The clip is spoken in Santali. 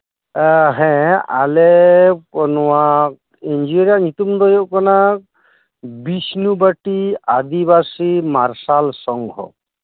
ᱦᱮᱸ ᱟᱞᱮ ᱱᱚᱣᱟ ᱮᱱᱡᱤᱭᱚ ᱨᱮᱱᱟᱜ ᱧᱩᱛᱩᱢ ᱫᱚ ᱦᱩᱭᱩᱜ ᱠᱟᱱᱟ ᱵᱤᱥᱱᱩᱵᱟᱴᱤ ᱟᱹᱫᱤᱵᱟᱹᱥᱤ ᱢᱟᱨᱥᱟᱞ ᱥᱚᱝᱜᱷᱚ